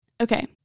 Okay